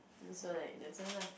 so like that's why lah